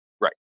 Right